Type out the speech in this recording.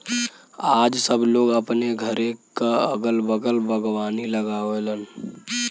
आज सब लोग अपने घरे क अगल बगल बागवानी लगावलन